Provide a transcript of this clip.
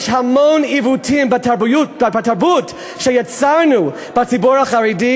יש המון עיוותים בתרבות שיצרנו בציבור החרדי.